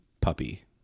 Puppy